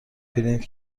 پرینت